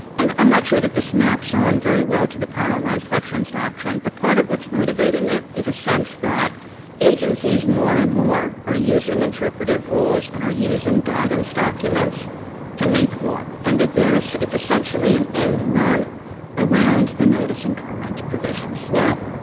and i'm not sure that this maps on very well to the paralyzed veterans doctrine, but part of what's motivating it is a sense that agencies more and more are using interpretative rules and are using guidance documents to make law and that there is it's essentially an end run around the notice and comment provisions. now,